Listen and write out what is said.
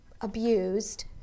abused